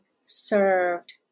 served